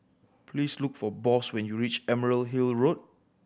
please look for Boss when you reach Emerald Hill Road